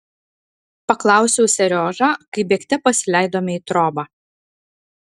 paklausiau seriožą kai bėgte pasileidome į trobą